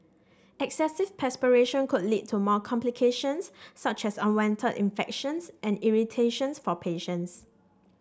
excessive perspiration could lead to more complications such as unwanted infections and irritations for patients